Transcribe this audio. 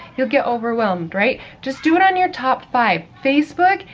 you'll get overwhelmed, right? just do it on your top five facebook,